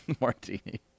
martini